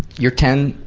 you're ten,